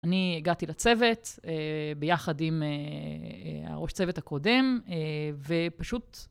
אני הגעתי לצוות ביחד עם הראש צוות הקודם ופשוט...